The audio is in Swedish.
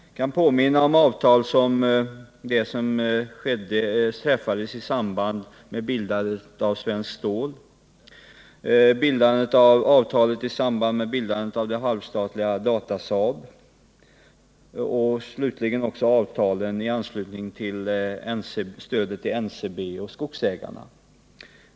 Jag kan påminna om de avtal som träffades i samband med bildandet av Svenskt Stål och i samband med bildandet av det halvstatliga Datasaab samt om avtalen i anslutning till stödet till NCB och Skogsägarna.